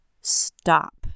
Stop